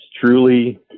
truly